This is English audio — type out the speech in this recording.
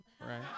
right